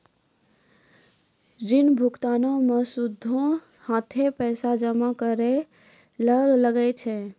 ऋण भुगतानो मे सूदो साथे पैसो जमा करै ल लागै छै